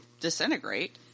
disintegrate